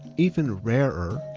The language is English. even rarer,